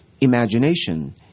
imagination